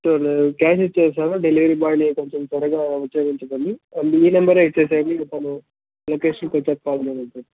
సరే నేను క్యాష్ ఇచ్చేస్తాను డెలివరీ బాయ్ని కొంచెం త్వరగా వచెయ్యిమని చెప్పండి ఈ నెంబరే ఇచ్చేయండి తను లొకేషన్కి వచ్చాక కాల్ చెయ్యమని చెప్పండి